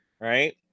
right